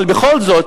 אבל בכל זאת,